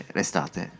restate